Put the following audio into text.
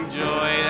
joy